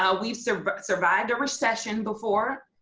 ah we survived survived a recession before.